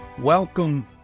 Welcome